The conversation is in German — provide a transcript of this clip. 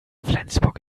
flensburg